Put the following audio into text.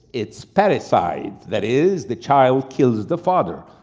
it's parricide, that is the child kills the father.